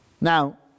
Now